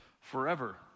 forever